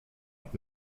und